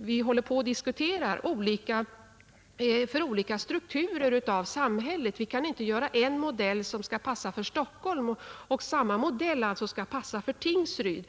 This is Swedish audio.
Vi håller på att diskutera för olika strukturer av samhällen. Vi kan inte göra en modell som skall passa för Stockholm och tro att samma modell skall passa för Tingsryd.